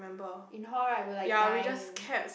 in hall right we were like dying